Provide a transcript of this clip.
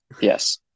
Yes